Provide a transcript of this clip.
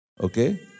Okay